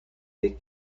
des